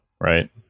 right